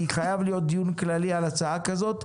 כי חייב להיות דיון כללי על הצעה כזאת.